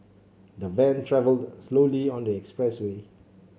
the van travelled slowly on the expressway